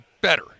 better